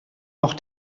noch